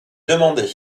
demander